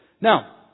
now